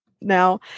Now